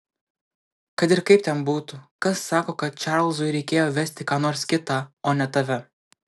kad ir kaip ten būtų kas sako kad čarlzui reikėjo vesti ką nors kitą o ne tave